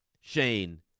Shane